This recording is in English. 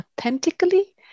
authentically